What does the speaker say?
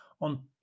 on